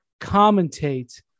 commentate